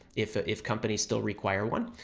if ah if companies still require one.